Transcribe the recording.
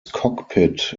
cockpit